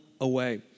away